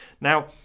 Now